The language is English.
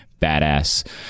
badass